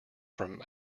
from